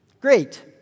great